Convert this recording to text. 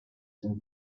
san